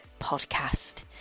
podcast